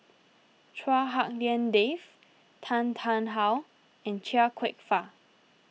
Chua Hak Lien Dave Tan Tarn How and Chia Kwek Fah